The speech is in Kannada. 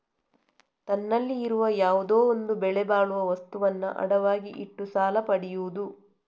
ತನ್ನಲ್ಲಿ ಇರುವ ಯಾವುದೋ ಒಂದು ಬೆಲೆ ಬಾಳುವ ವಸ್ತುವನ್ನ ಅಡವಾಗಿ ಇಟ್ಟು ಸಾಲ ಪಡಿಯುದು